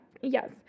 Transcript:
Yes